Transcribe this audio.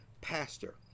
pastor